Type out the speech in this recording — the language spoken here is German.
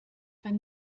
wenn